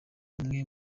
umwe